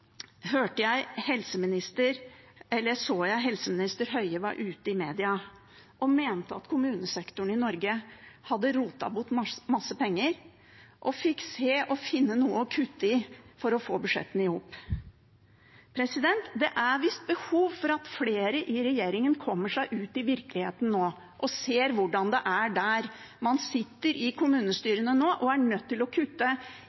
så jeg helseminister Høie var ute i media og mente at kommunesektoren i Norge hadde rotet bort masse penger og fikk se å finne noe å kutte i for å få budsjettene i hop. Det er visst behov for at flere i regjeringen kommer seg ut i virkeligheten nå og ser hvordan det er der. Man sitter i kommunestyrene nå og er nødt til å kutte